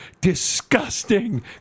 disgusting